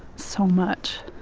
so much.